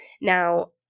Now